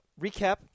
Recap